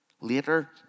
Later